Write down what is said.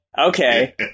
Okay